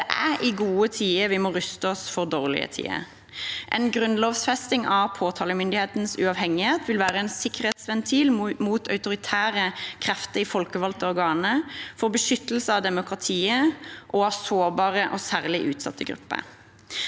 Det er i gode tider vi må ruste oss for dårlige tider. En grunnlovfesting av påtalemyndighetens uavhengighet vil være en sikkerhetsventil mot autoritære krefter i folkevalgte organer, for beskyttelse av demokratiet og av sårbare og særlig utsatte grupper.